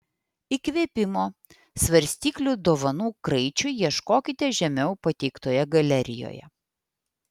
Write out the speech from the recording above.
įkvėpimo svarstyklių dovanų kraičiui ieškokite žemiau pateiktoje galerijoje